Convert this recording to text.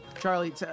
Charlie